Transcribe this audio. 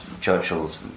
Churchill's